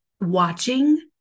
watching